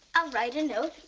ah write a note,